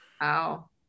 wow